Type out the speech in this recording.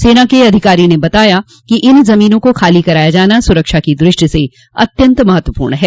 सेना के एक अधिकारी ने बताया कि इन जमीनों को खाली कराया जाना सुरक्षा की दृष्टि से अत्यन्त महत्वपूर्ण है